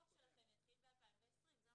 הפיקוח שלכם יתחיל ב-2020.